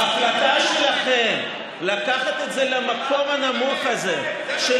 ההחלטה שלכם לקחת את זה למקום הנמוך הזה של